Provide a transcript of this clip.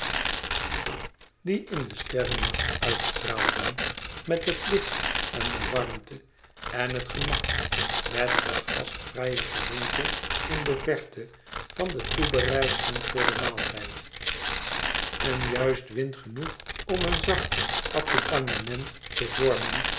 die in den sterrennacht uitstraalden met het licht en de warmte en het gemak met het gastvrije gerinkel in de verte van de toebereidselen voor den maaltijd en juist wind genoeg om een zacht accompagnement te vormen